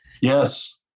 Yes